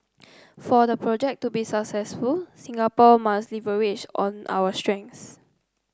for the project to be successful Singapore must leverage on our strengths